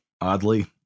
oddly